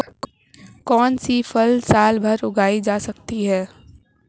कौनसी फसल साल भर उगाई जा सकती है?